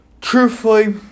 Truthfully